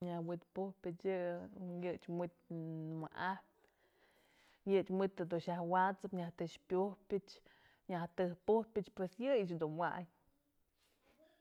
Nyaj wi'it pujë pëch yë, yëch wi'it wa'ajpyë, yëch wi'it jedun yaj wa'asëp, nyaj tex piujpëch, nyaj tëjk pujpëch pues yëyëch dun wayn.